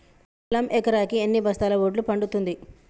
పొలం ఎకరాకి ఎన్ని బస్తాల వడ్లు పండుతుంది?